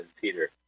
Peter